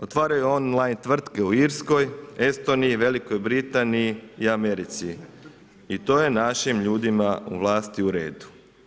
Otvaraju on line tvrtke u Irskoj, Estoniji, Velikoj Britaniji i Americi i to je našim ljudima u vlasti u redu.